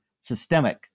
systemic